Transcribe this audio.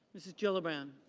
mrs. jill a brand.